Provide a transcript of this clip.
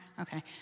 Okay